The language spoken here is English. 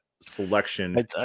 Selection